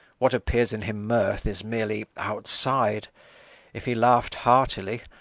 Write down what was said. what appears in him mirth is merely outside if he laught heartily,